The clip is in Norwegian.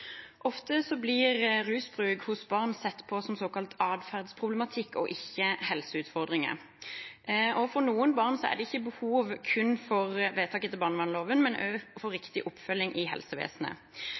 Ofte blir rusbruk hos barn sett på som såkalt atferdsproblematikk og ikke helseutfordringer. For noen barn er det ikke behov kun for vedtak etter barnevernsloven, men også for